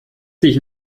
dich